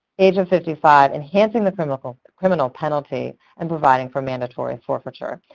age of fifty five enhancing the criminal the criminal penalty and providing for mandatory forfeiture.